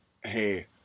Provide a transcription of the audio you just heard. Hey